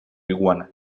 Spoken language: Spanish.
iguana